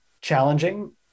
challenging